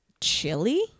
chili